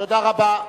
תודה רבה.